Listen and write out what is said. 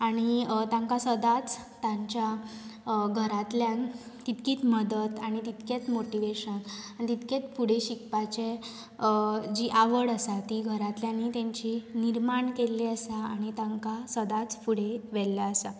आनी तांकां सदांच तांच्या घरांतल्यान तितकीच मदत आनी तितकेच मोटीवेशन आनी तितकेच फुडें शिकपाचें जी आवड आसा ती घरांतल्यांनी तांची निर्माण केल्ली आसा आनी आमकां सदांच फुडें व्हेल्ले आसा